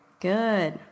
Good